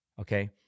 okay